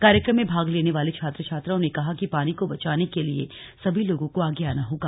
कार्यक्रम में भाग लेने वाले छात्र छात्राओं ने कहा कि पानी को बचाने के लिए सभी लोगों को आगे आना होगा